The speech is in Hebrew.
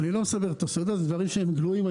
אני לא מספר סודות אלה דברים גלויים.